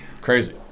Crazy